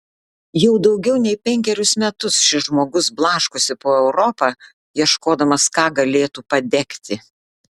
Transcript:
jau daugiau nei penkerius metus šis žmogus blaškosi po europą ieškodamas ką galėtų padegti